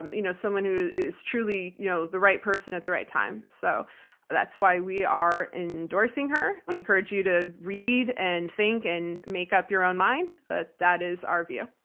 you know someone who is truly you know the right person at the right time. so that's why we are endorsing her. we encourage you to read and think and make up your own mind, but that is our view.